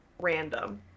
random